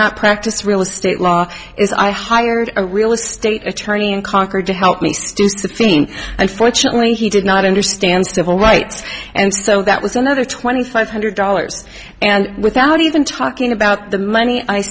not practice real estate law is i hired a real estate attorney in concord to help me to think and fortunately he did not understand civil rights and so that was another twenty five hundred dollars and without even talking about the money i